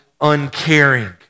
uncaring